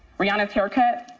rihanna's haircut,